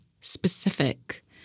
specific